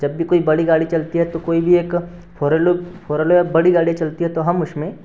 जब भी कोई बड़ी गाडी चलती है तो कोई भी एक फोरेलो फोरेलो या बड़ी गाड़ी चलती है तो हम उसमें